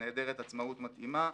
נעדרת עצמאות מתאימה,